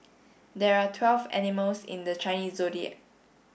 there are twelve animals in the Chinese Zodiac